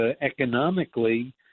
economically